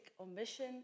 omission